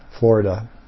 Florida